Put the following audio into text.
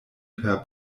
per